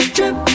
Trip